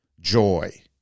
joy